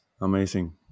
Amazing